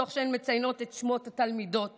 תוך שהן מציינות את שמות התלמידות